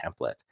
template